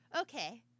Okay